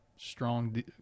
strong